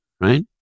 right